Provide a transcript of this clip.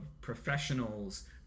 professionals